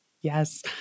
Yes